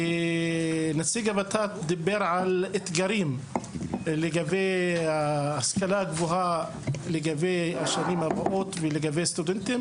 נציג הות"ת דיבר על האתגרים של ההשכלה הגבוהה לשנים הבאות ולסטודנטים,